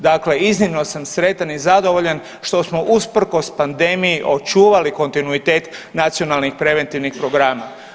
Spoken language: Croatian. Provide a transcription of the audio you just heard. Dakle, iznimno sam sretan i zadovoljan što smo usprkos pandemiji očuvali kontinuitet nacionalnih preventivnih programa.